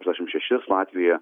aštuoniasdešims šešis latvijoje